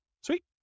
Sweet